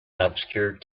obscure